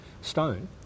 stone